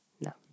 No